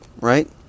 right